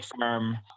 firm